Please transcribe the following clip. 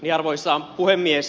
arvoisa puhemies